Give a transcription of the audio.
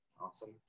Awesome